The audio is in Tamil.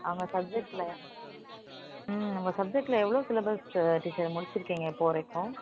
அவங்க சப்ஜெக்ட்டில் ம் உங்கள் சப்ஜெக்ட்டில் எவ்வளோ சிலபஸு டீச்சர் முடிச்சிருக்கீங்க இப்போ வரைக்கும்